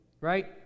right